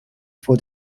for